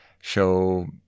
show